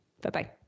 Bye-bye